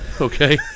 Okay